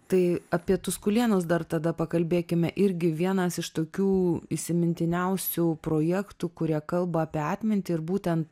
tai apie tuskulėnus dar tada pakalbėkime irgi vienas iš tokių įsimintiniausių projektų kurie kalba apie atmintį ir būtent